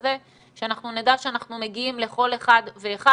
כזה שאנחנו נדע שאנחנו מגיעים לכל אחד ואחד,